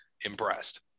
impressed